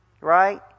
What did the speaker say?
Right